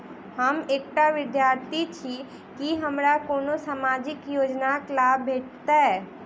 हम एकटा विद्यार्थी छी, की हमरा कोनो सामाजिक योजनाक लाभ भेटतय?